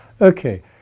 Okay